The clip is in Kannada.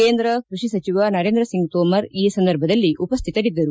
ಕೇಂದ್ರ ಕೃಷಿ ಸಚಿವ ನರೇಂದ್ರ ಸಿಂಗ್ ತೋಮರ್ ಈ ಸಂದರ್ಭದಲ್ಲಿ ಉಪಸ್ಥಿತರಿದ್ದರು